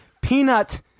peanut